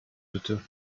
bitte